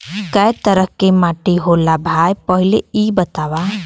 कै तरह के माटी होला भाय पहिले इ बतावा?